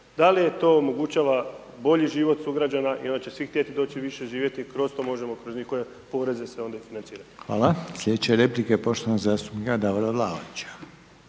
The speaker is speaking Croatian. Da li to omogućava bolji život sugrađana i onda će svi htjeti doći više živjet, kroz to možemo kroz njihove se poreze se financirati. **Reiner, Željko (HDZ)** Hvala. Slijedeća replika je poštovanog zastupnika Davora Vlaovića.